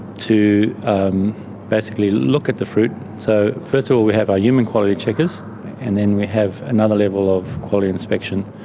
to basically look at the fruit. so first of all we have our human quality checkers and then we have another level of quality inspection.